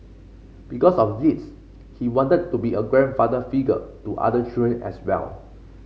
because of this he wanted to be a grandfather figure to other children as well